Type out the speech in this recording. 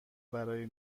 برای